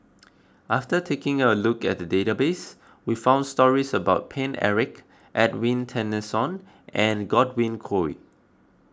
after taking a look at the database we found stories about Paine Eric Edwin Tessensohn and Godwin Koay